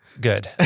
Good